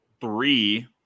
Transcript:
Three